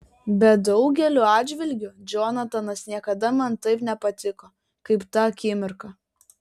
bet daugeliu atžvilgių džonatanas niekada man taip nepatiko kaip tą akimirką